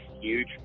huge